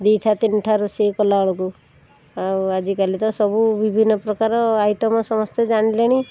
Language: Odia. ଦୁଇଠା ତିନିଠା ରୋଷେଇ କଲାବେଳକୁ ଆଉ ଆଜିକାଲି ତ ସବୁ ବିଭିନ୍ନପ୍ରକାରର ଆଇଟମ୍ ସମସ୍ତେ ଜାଣିଲେଣି